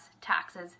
taxes